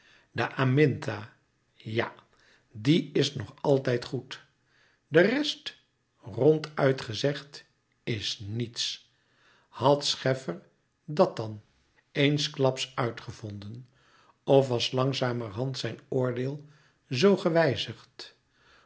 de aminta ja die is nog altijd goed de rest ronduit gezegd is niets had scheffer dat dan louis couperus metamorfoze eensklaps uitgevonden of was langzamerhand zijn oordeel zoo gewijzigd